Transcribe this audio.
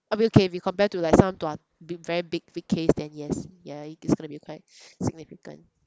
ah we okay we compare to like some tua big very big big case then yes yeah it's gonna be quite significant